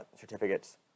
certificates